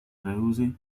reduce